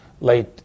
late